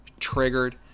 triggered